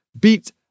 beat